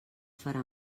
farà